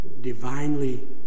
divinely